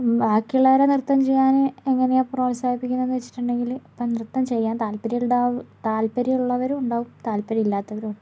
ബാക്കിയിള്ളവരെ നൃത്തം ചെയ്യാൻ എങ്ങനെയാണ് പ്രോത്സാഹിപ്പിക്കുന്നതെന്ന് വെച്ചിട്ടുണ്ടെങ്കിൽ ഇപ്പം നൃത്തം ചെയ്യാൻ താല്പര്യം ഉള്ള താല്പര്യം ഉള്ളവരുണ്ടാവും താല്പര്യം ഇല്ലാത്തവരും ഉണ്ടാവും